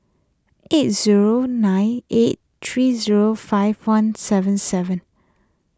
eight zero nine eight three zero five one seven seven